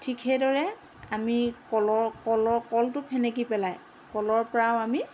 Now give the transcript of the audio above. ঠিক সেইদৰে আমি কলৰ কল কলটো ফেনেকি পেলাই কলৰ পৰাও আমি